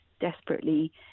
desperately